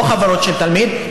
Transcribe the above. או חבר של תלמיד,